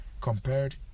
compared